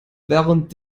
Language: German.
während